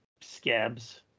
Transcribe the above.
scabs